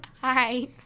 Hi